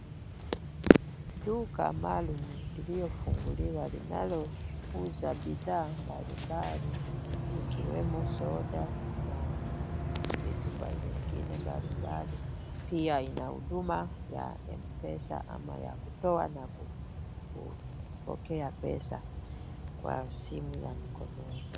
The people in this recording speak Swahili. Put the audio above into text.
Duka maalum iliyofunguliwa, linalouza bidhaa mbalimbali, ikiwemo soda na vitu vingine mbalimbali, pia ina huduma ya M-Pesa ama ya kutoa na kupokea pesa kwa simu ya mkononi.